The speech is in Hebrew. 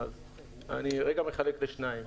אני רגע מחלק לשניים: